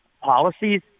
policies